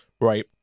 Right